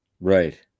Right